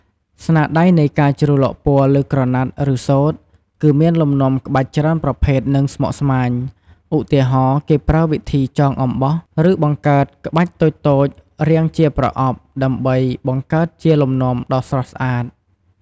ស្នាដៃនៃការជ្រលក់ពណ៌លើក្រណាត់ ឬសូត្រ គឺមានលំនាំក្បាច់ច្រើនប្រភេទ និងស្មុគស្មាញ ឧទាហរណ៍ គេប្រើវិធីចងអំបោះ ឬបង្កើតក្បាច់តូចៗរាងជាប្រអប់ ដើម្បីបង្កើតជាលំនាំដ៏ស្រស់ស្អាត។